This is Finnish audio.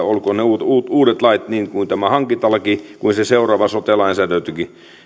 olkoon niitä uusia lakeja niin tämä hankintalaki kuin se seuraava sote lainsäädäntökin